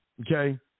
Okay